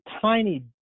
tiny